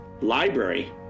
library